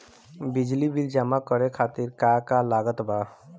बिजली बिल जमा करे खातिर का का लागत बा?